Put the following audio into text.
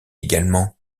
également